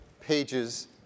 pages